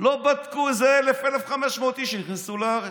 לא בדקו איזה 1,000, 1,500 איש שנכנסו לארץ.